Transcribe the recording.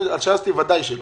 --- ודאי שלא.